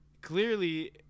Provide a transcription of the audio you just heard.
Clearly